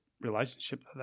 relationship